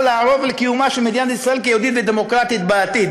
לערוב לקיומה של מדינת ישראל כיהודית ודמוקרטית בעתיד.